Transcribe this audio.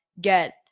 get